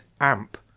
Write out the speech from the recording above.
AMP